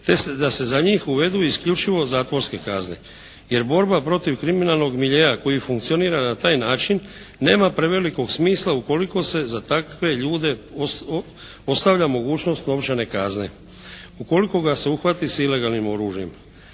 da se za njih uvede isključivo zatvorske kazne, jer borba protiv kriminalnog miljea koji funkcionira na taj način nema prevelikog smisla ukoliko se za takve ljude ostavlja mogućnost novčane kazne. Ukoliko ga se uhvati sa ilegalnim oružjem